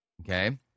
okay